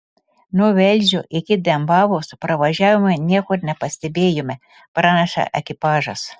nuo velžio iki dembavos pravažiavome nieko nepastebėjome praneša ekipažas